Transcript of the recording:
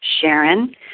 Sharon